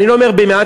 אני לא אומר ב-100%,